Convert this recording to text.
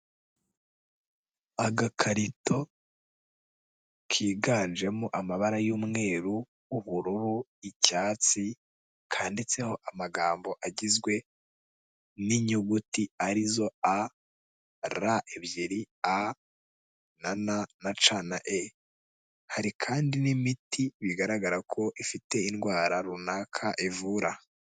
Agakarito kiganjemo amabara y'umweru, ubururu, icyatsi, kanditseho amagambo agizwe n'inyuguti arizo A, R ebyiri A,na N na C, na E. Hari kandi n'imiti bigaragara ko ifite indwara runaka ivura.